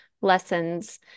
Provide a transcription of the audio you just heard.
lessons